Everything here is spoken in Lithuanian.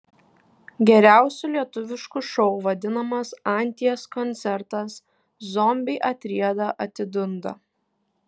geriausiu lietuvišku šou vadinamas anties koncertas zombiai atrieda atidunda